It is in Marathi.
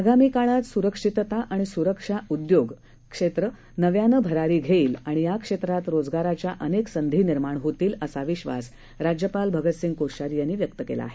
आगामीकाळातस्रक्षितताआणिस्रक्षाउद्योगक्षेत्रनव्यानंभरारीघेईल आणियाक्षेत्रातरोजगाराच्याअनेकसंधीनिर्माणहोतील असाविश्वासराज्यपालभगतसिंहकोश्यारीयांनीव्यक्तकेलाआहे